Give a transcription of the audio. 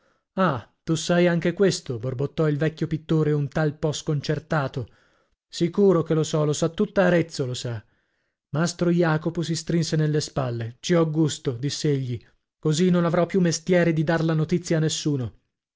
ah tu sai anche questo borbottò il vecchio pittore un tal po sconcertato sicuro che lo so lo sa tutta arezzo lo sa mastro jacopo si strinse nelle spalle ci ho gusto diss'egli così non avrò più mestieri di dar la notizia a nessuno